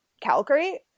Calgary